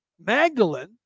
Magdalene